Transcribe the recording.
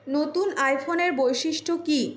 নতুন আইফোনের বৈশিষ্ট্য কি